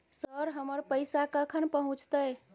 Sir, हमर पैसा कखन पहुंचतै?